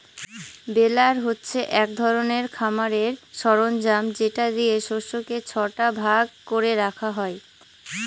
বেলার হচ্ছে এক ধরনের খামারের সরঞ্জাম যেটা দিয়ে শস্যকে ছটা ভাগ করে রাখা হয়